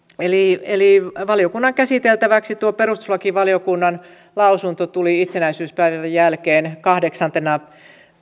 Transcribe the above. eli eli valiokunnan käsiteltäväksi tuo perustuslakivaliokunnan lausunto tuli itsenäisyyspäivän jälkeen kahdeksantena